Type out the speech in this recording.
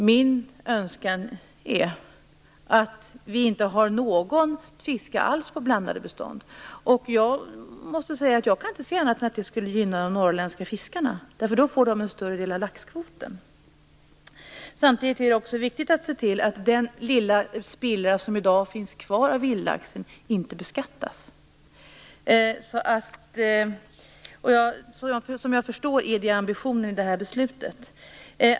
Min önskan är att det inte skall fiskas alls på blandade bestånd. Jag kan inte se annat än att det skulle gynna de norrländska fiskarna. Då får de en större del av laxkvoten. Samtidigt är det också viktigt att se till att den lilla spillra som i dag finns kvar av vildlaxen inte beskattas. Såvitt jag förstår är det ambitionen i beslutet.